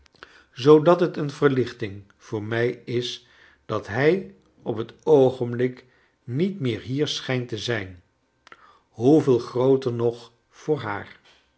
zoodat het een verlichting voor mij is dat hij op het oogenblik niet meer hier schijnt te zijn hoeveel grooter nog voor haar